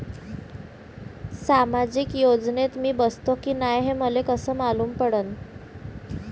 सामाजिक योजनेत मी बसतो की नाय हे मले कस मालूम पडन?